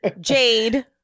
Jade